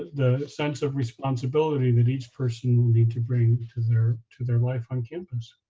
the sense of responsibility that each person will need to bring to their to their life on campus.